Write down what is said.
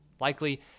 Likely